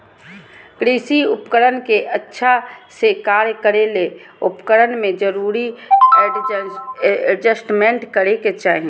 कृषि उपकरण के अच्छा से कार्य करै ले उपकरण में जरूरी एडजस्टमेंट करै के चाही